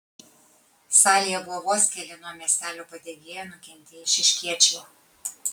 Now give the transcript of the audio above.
salėje buvo vos keli nuo miestelio padegėjo nukentėję eišiškiečiai